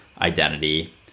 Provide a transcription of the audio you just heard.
identity